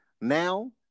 now